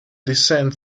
descend